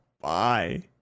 Bye